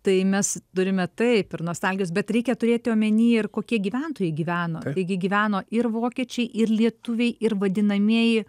tai mes turime taip ir nostalgijos bet reikia turėti omeny ir kokie gyventojai gyveno taigi gyveno ir vokiečiai ir lietuviai ir vadinamieji